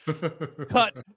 Cut